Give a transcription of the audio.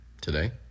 Today